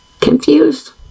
Confused